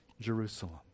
Jerusalem